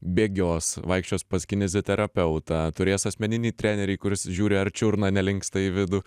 bėgios vaikščios pas kineziterapeutą turės asmeninį trenerį kuris žiūri ar čiurna nelinksta į vidų